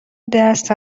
دست